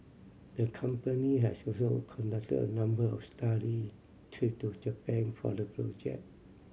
the company has also conducted a number of study trip to Japan for the project